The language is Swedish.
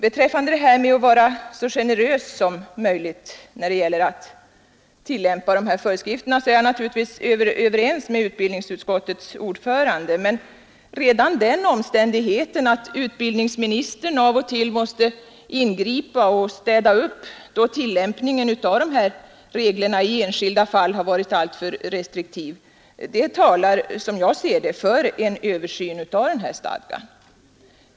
Vad beträffar att vara så generös som möjligt vid tillämpningen av föreskrifterna är jag naturligtvis överens med utbildningsutskottets ordförande. Men redan den omständigheten att undervisningsministern av och till måste ingripa då tillämpningen av reglerna i enskilda fall varit alltför restriktiv talar enligt min uppfattning för att vi måste få en översyn av stadgan.